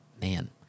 man